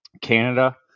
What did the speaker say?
Canada